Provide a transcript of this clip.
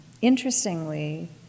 Interestingly